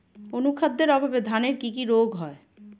অনুখাদ্যের অভাবে ধানের কি কি রোগ হয়?